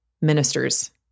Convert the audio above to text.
ministers